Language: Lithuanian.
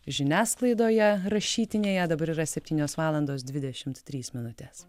žiniasklaidoje rašytinėje dabar yra septynios valandos dvidšimt trys minutės